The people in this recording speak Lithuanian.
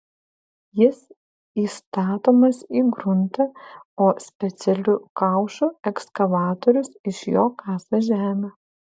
jis įstatomas į gruntą o specialiu kaušu ekskavatorius iš jo kasa žemę